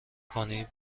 کنی